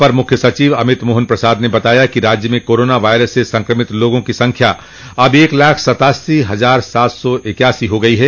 अपर मुख्य सचिव अमित मोहन प्रसाद ने बताया कि राज्य में कोरोना वायरस से संक्रमित लोगों की संख्या अब एक लाख सत्तासी हजार सात सौ इक्यासी हो गयी है